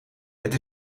het